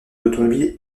l’automobile